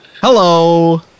Hello